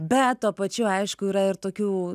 bet tuo pačiu aišku yra ir tokių